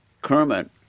Kermit